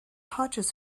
hodges